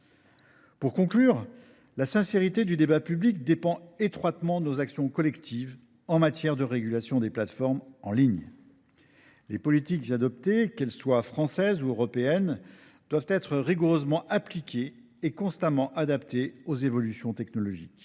Pour conclure, la sincérité du débat public dépend étroitement de nos actions collectives en matière de régulation des plateformes en ligne. Les politiques adoptées, qu’elles soient françaises ou européennes, doivent être rigoureusement appliquées et constamment adaptées aux évolutions technologiques.